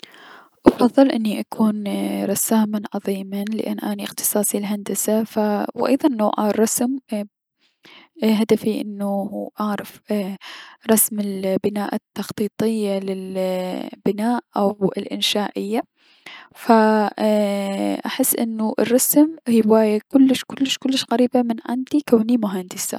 افضل انو اكون رساما عظيما لأن اني اختصاصي الهندسة و ايضا نوع الرسم هدفي انو اعرف ايي- رسم البناء التخطيطية للبناء و الأنشائية ف ايي- احس انو الرسم هواية كلش كلش قريبة من عندي كوني مهندسة.